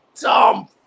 dumb